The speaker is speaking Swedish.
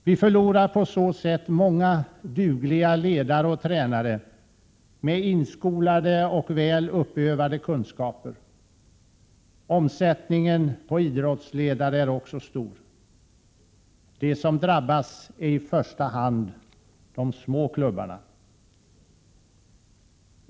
Vi förlorar på så sätt många dugliga ledare och tränare med inskolade och väl uppövade kunskaper. Omsättningen på idrottsledare är också stor. De som drabbas är i första hand de små klubbarna.